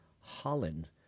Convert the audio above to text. Holland